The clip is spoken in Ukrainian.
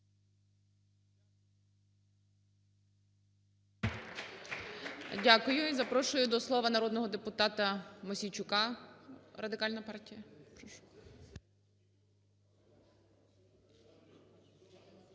Дякую. І запрошую до слова народного депутатаМосійчука, Радикальна партія.